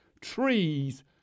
trees